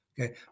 okay